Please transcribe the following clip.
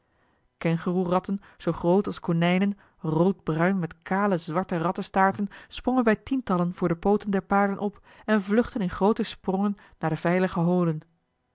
kengoeroeratten zoo groot als konijnen roodbruin met kale zwarte rattenstaarten sprongen bij tientallen voor de pooten der paarden op en vluchtten in groote sprongen naar de veilige holen